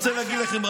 אני רוצה להגיד לכם,